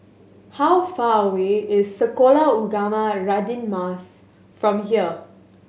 how far away is Sekolah Ugama Radin Mas from here